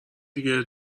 دیگه